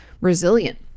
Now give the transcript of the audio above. resilient